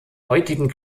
heutigen